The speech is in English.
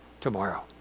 tomorrow